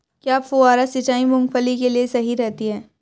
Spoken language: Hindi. क्या फुहारा सिंचाई मूंगफली के लिए सही रहती है?